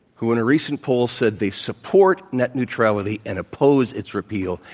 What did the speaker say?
who, in a recent poll, said they support net neutrality and oppose its repeal,